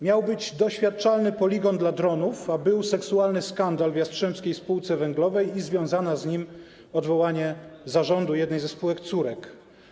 Miał być doświadczalny poligon dla dronów, a był seksualny skandal w Jastrzębskiej Spółce Węglowej i związane z nim odwołanie zarządu jednej ze spółek córek.